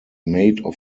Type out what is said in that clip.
made